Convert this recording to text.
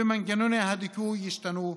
ומנגנוני הדיכוי ישתנו בהתאם.